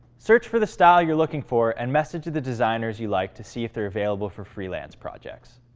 search for the style you're looking for and message the designers you like to see if they're available for freelance projects.